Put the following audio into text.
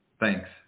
Thanks